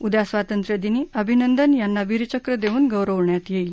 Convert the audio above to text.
उद्या स्वातंत्र्यदिनी अभिनंदन यांचा वीरचक्र देऊन गौरव करण्यात येईल